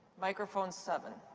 microphone seven.